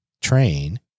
train